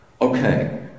okay